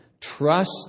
Trust